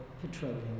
petroleum